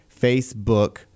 Facebook